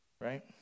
right